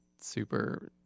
super